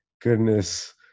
goodness